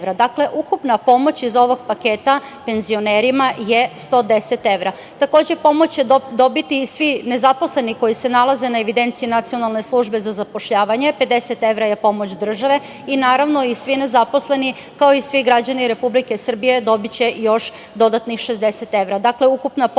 Dakle, ukupna pomoć iz ovog paketa penzionerima je 110 evra. Takođe, pomoć će dobiti i svi nezaposleni koji se nalaze na evidenciji Nacionalne službe za zapošljavanje, 50 evra je pomoć države i naravno i svi nezaposleni, kao i svi građani Republike Srbije dobiće još dodatnih 60 evra.